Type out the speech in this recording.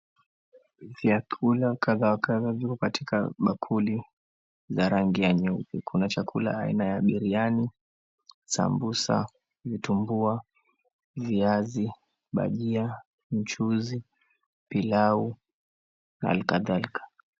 Vyakula kadha wa kadha viko katika bakuli za rangi ya nyuki. Kuna chakula aina ya biriani, sambusa, vitumbua, viazi, bhajia, mchuzi, pilau na kadhalika.